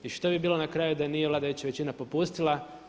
I što bi bilo na kraju da nije vladajuća većina popustila?